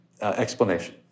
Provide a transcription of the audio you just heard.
explanation